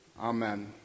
Amen